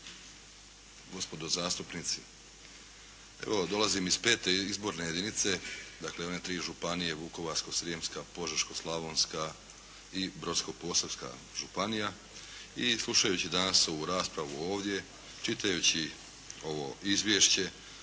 gospodo zastupnici. Evo dolazim iz V. Izborne jedinice, dakle, one tri županije Vukovarsko-srijemska, Požeško-slavonska i Brodsko-posavska županija. I slušajući danas ovu raspravu ovdje, čitajući ovo Izvješće